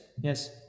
Yes